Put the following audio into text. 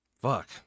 fuck